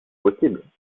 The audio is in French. possible